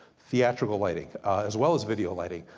theatrical lighting as well as video lighting.